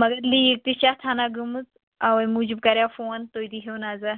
مگر لیٖک تہِ چھِ اَتھ ہَنا گٔمٕژ اَوَے موٗجوٗب کَریاو فون تُہۍ دیٖہوٗ نَظر